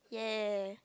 ya